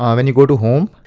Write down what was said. um and you go to home.